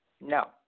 No